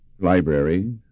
library